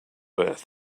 earth